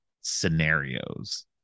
scenarios